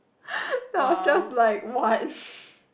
then I was just like what